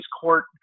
court